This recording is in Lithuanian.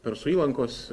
persų įlankos